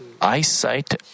eyesight